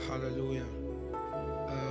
Hallelujah